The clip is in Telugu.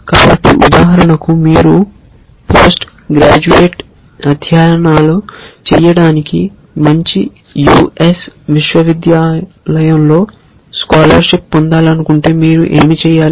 కాబట్టి ఉదాహరణకు మీరు పోస్ట్ గ్రాడ్యుయేట్ అధ్యయనాలు చేయడానికి మంచి యుఎస్ విశ్వవిద్యాలయంలో స్కాలర్షిప్ పొందాలనుకుంటే మీరు ఏమి చేయాలి